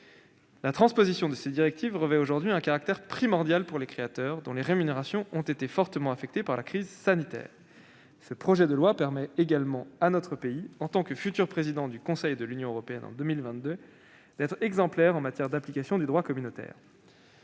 La transposition de ces directives revêt aujourd'hui un caractère primordial pour les créateurs, dont les rémunérations ont été fortement affectées par la crise sanitaire. Ce projet de loi permettra également à notre pays, qui présidera le Conseil de l'Union européenne en 2022, d'être exemplaire en matière d'application du droit communautaire.